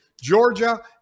Georgia